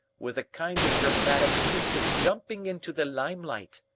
with a kind of dramatic trick of jumping into the limelight.